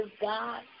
God